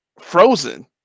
frozen